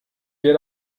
wir